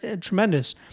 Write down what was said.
tremendous